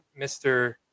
Mr